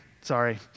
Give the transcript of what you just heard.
sorry